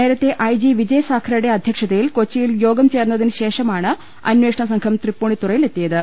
നേരത്തെ I G Vijay സാഖറെയുടെ അധ്യക്ഷതയിൽ കൊച്ചിയിൽ യോഗം ചേർന്നതിന് ശേഷമാണ് അന്വേഷണസംഘം തൃപ്പൂണിത്തുറയിൽ എത്തിയത്